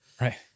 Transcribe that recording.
right